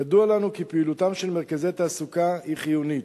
ידוע לנו כי פעילותם של מרכזי תעסוקה היא חיונית.